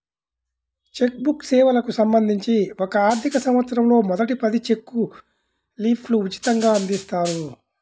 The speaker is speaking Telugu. చెక్ బుక్ సేవలకు సంబంధించి ఒక ఆర్థికసంవత్సరంలో మొదటి పది చెక్ లీఫ్లు ఉచితంగ అందిస్తారు